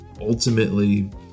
ultimately